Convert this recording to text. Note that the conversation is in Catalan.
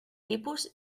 tipus